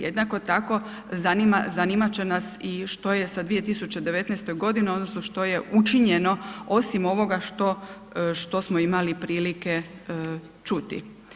Jednako tako zanimat će nas i što je sa 2019.g. odnosno što je učinjeno osim ovoga što, što smo imali prilike čuti.